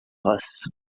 race